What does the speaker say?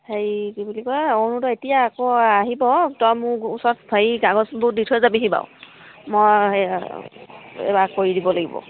হেৰি কি বুলি কয় অৰুণোদয় এতিয়া আকৌ আহিব তই মোৰ ওচৰত হেৰি কাগজবোৰ দি থৈ যাবিহি বাৰু মই এইবাৰ কৰি দিব লাগিব